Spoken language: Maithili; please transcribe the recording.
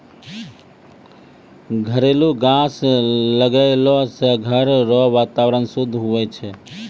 घरेलू गाछ लगैलो से घर रो वातावरण शुद्ध हुवै छै